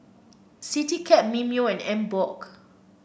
Citycab Mimeo and Emborg